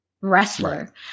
wrestler